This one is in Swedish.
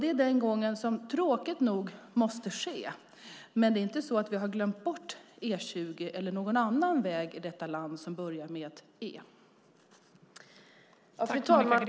Det är så arbetsgången tråkigt nog måste vara, men vi har inte glömt bort E20 eller någon annan väg som börjar på E i detta land.